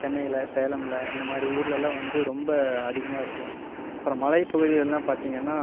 சென்னைல சேலம்ல இந்தமாதிரி ஊர்லலாம் வந்து ரொம்ப அதிகமாக இருக்கும் அப்புறம் மலைப்பகுதிகள்லாம் பார்த்திங்கன்னா